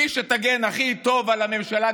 מי שמגינה הכי טוב על הממשלה,